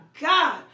God